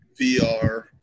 VR